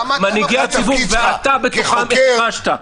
--- מנהיגי הציבור, ואתה בתוכם, החרשת.